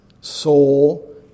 soul